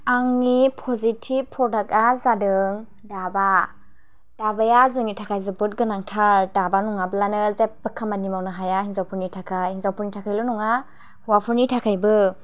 आंनि पजिथिब प्रदाक आ जादों दाबा दाबाया जोंनि थाखाय जोबोद गोनांथार दाबा नङाब्लानो जेबबो खामानि मावनो हाया हिन्जावफोरनि थाखाय हिन्जावफोरनि थाखायल' नङा हौवाफोरनि थाखायबो